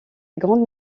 grande